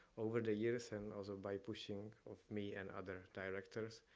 over the years and also by pushing of me and other directors,